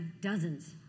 dozens